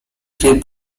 gray